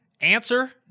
Answer